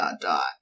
dot